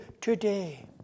today